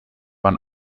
man